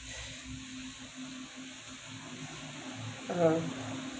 (uh huh)